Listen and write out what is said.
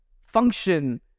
function